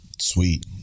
Sweet